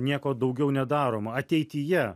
nieko daugiau nedaroma ateityje